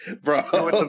bro